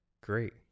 great